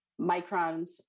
microns